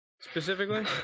specifically